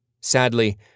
Sadly